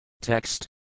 Text